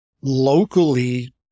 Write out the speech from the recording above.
locally